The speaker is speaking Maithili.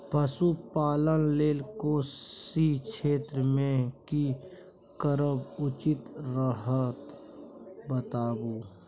पशुपालन लेल कोशी क्षेत्र मे की करब उचित रहत बताबू?